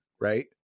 right